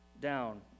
down